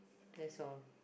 that's all